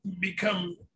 become